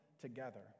together